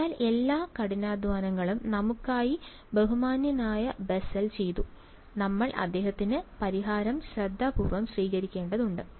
അതിനാൽ എല്ലാ കഠിനാധ്വാനങ്ങളും നമുക്കായി ബഹുമാന്യനായ ബെസ്സൽ ചെയ്തു നമ്മൾ അദ്ദേഹത്തിന്റെ പരിഹാരം ശ്രദ്ധാപൂർവ്വം സ്വീകരിക്കേണ്ടതുണ്ട്